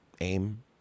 aim